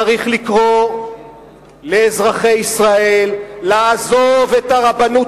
צריך לקרוא לאזרחי ישראל לעזוב את הרבנות